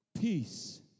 Peace